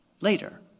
later